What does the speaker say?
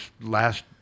last